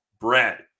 bread